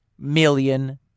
million